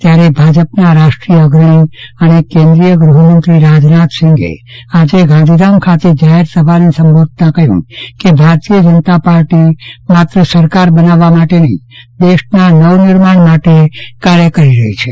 ત્યારે ભાજપના રાષ્ટ્રીય અગ્રણી અને કેન્દ્રીય ગ્રહમંત્રી રાજનાથસિંહે આજે ગાંધીધામ ખાતે જાહેરસભાને સંબોધતા કહ્યું કેભારતીય જનતા પાર્ટી પણ સરકાર બનાવવા માટે નહિ દેશનાં નવનિર્માણ માટે કાર્ય કરી રહી છે